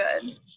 good